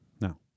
No